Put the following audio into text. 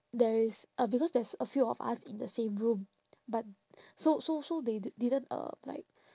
there is uh because there's a few of us in the same room but so so so they di~ didn't uh like